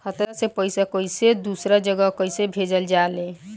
खाता से पैसा कैसे दूसरा जगह कैसे भेजल जा ले?